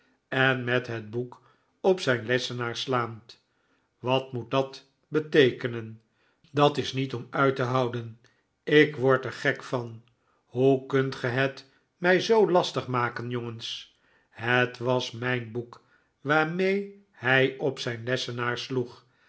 en met het boek op zijn lessenaar slaand wat moet dat beteekenen dat is niet om uit te houden ik word er gek van hoe kunt ge het mij zoo lastig maken jongens het was mijn boek waarmee hij op zijn lessenaar sloeg